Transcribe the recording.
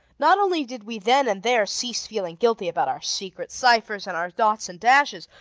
not only did we then and there cease feeling guilty about our secret ciphers and our dots and dashes,